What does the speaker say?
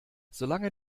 solange